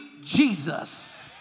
Jesus